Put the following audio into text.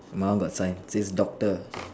my one got sign says doctor